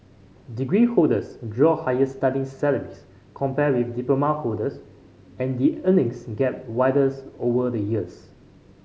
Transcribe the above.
degree holders draw higher starting salaries compared with diploma holders and the earnings gap widens over the years